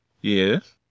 Yes